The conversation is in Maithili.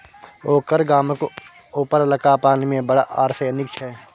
ओकर गामक उपरलका पानि मे बड़ आर्सेनिक छै